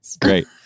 Great